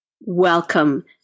Welcome